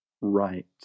Right